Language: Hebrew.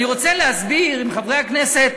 אני רוצה להסביר, אם חברי הכנסת